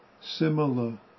similar